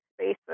spaces